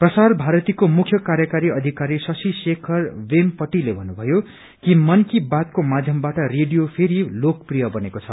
प्रसार भारतीको मुख्य कार्यकारी अधिकारी शशि शेखर वेमपटिले भन्नुभयो कि मनकी बातको माध्यमवाट रेडियो फेरि लोकप्रिय बनेको छ